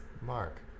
Mark